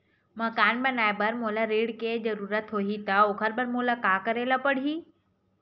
मकान बनाये बर अगर मोला ऋण के जरूरत होही त ओखर बर मोला का करे ल पड़हि?